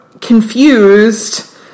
confused